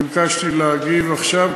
אני ביקשתי להגיב עכשיו,